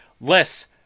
less